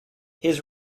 his